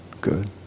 Good